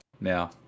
now